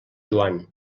joan